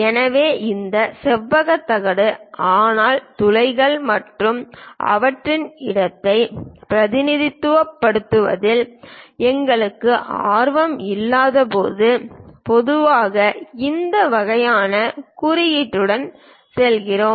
எனவே இந்த செவ்வக தகடு ஆனால் துளைகள் மற்றும் அவற்றின் இருப்பிடத்தை பிரதிநிதித்துவப்படுத்துவதில் எங்களுக்கு ஆர்வம் இல்லாதபோது பொதுவாக இந்த வகையான குறியீட்டுடன் செல்கிறோம்